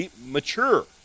mature